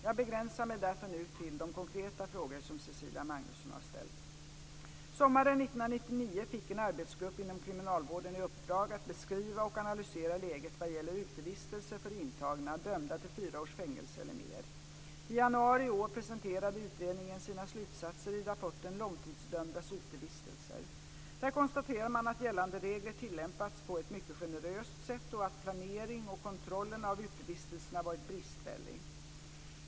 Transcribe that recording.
Jag begränsar mig därför nu till de konkreta frågor som Cecilia Magnusson har ställt. Sommaren 1999 fick en arbetsgrupp inom kriminalvården i uppdrag att beskriva och analysera läget vad gäller utevistelser för intagna dömda till fyra års fängelse eller mer. I januari i år presenterade utredningen sina slutsatser i rapporten Långtidsdömdas utevistelser. Där konstaterar man att gällande regler tillämpats på ett mycket generöst sätt och att planeringen och kontrollen av utevistelserna varit bristfällig.